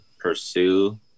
pursue